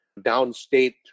downstate